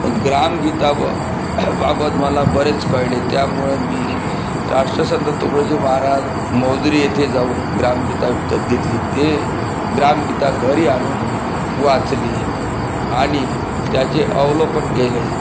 ग्रामगीता ब बाबत मला बरेच कळले त्यामुळे मी राष्ट्रसंत तुकडोजी महाराज मोझरी येथे जाऊन ग्रामगीता विकत घेतली ते ग्रामगीता घरी आणून वाचली आणि त्याचे अवलोकन केले